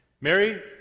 Mary